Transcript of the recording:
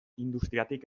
industriatik